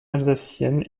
alsacienne